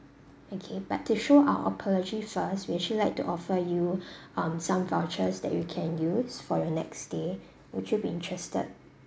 okay but to show apology first we actually like to offer you um some vouchers that you can use for your next stay would you be interested